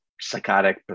psychotic